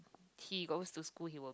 he goes to school he will